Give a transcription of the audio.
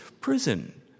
prison